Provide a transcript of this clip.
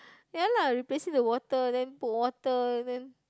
ya lah replacing the water put water and then